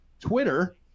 Twitter